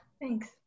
Thanks